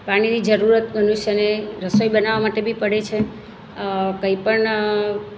પાણીની જરૂરત મનુષ્યને રસોઈ બનાવવા માટે બી પડે છે કંઇપણ